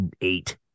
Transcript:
eight